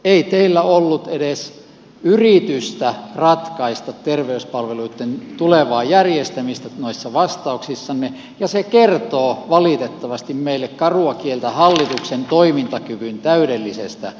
ei teillä ollut edes yritystä ratkaista terveyspalveluitten tulevaa järjestämistä noissa vastauksissanne ja se kertoo valitettavasti meille karua kieltä hallituksen toimintakyvyn täydellisestä puutteesta